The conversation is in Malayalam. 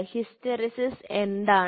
ഹിസ്റ്റെറിസിസ് എന്താണ്